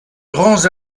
grands